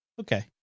Okay